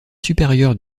supérieur